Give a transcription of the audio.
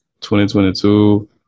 2022